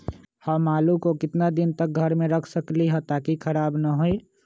हम आलु को कितना दिन तक घर मे रख सकली ह ताकि खराब न होई?